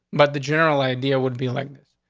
but the general idea would be like this.